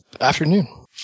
afternoon